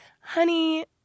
honey